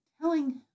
telling